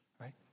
right